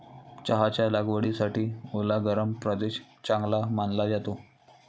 चहाच्या लागवडीसाठी ओला गरम प्रदेश चांगला मानला जातो